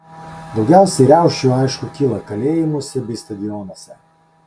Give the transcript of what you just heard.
daugiausiai riaušių aišku kyla kalėjimuose bei stadionuose